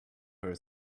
her